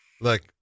Look